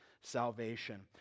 salvation